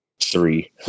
three